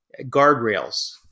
guardrails